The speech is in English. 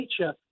nature